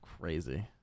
crazy